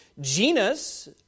genus